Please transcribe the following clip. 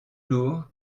lourd